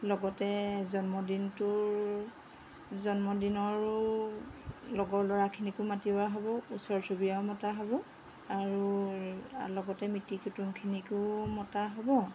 লগতে জন্মদিনটোৰ জন্মদিনৰো লগৰ ল'ৰাখিনিকো মাতিওৱা হ'ব ওচৰ চুবুৰীয়াও মতা হ'ব আৰু লগতে মিতিৰ কুটুম্বখিনিকো মতা হ'ব